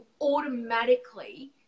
automatically